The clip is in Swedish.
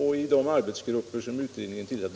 och i de arbetsgrupper som utredningen tillsatte.